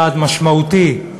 צעד משמעותי,